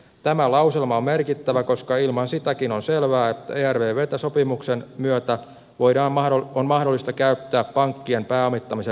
tämä lauselma on merkittävä koska ilman sitäkin on selvää että sopimuksen myötä ervvtä on mahdollista käyttää pankkien pääomittamisen rahoittamiseen